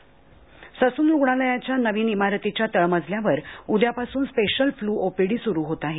corona Sassoon रुग्णालयातल्या नवीन इमारतीच्या तळ मजल्यावर उद्यापासून स्पेशल फ्ल्यू ओपीडी स्रु होत आहे